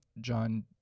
John